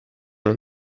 non